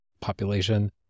population